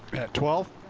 twelve.